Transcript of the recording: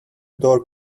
door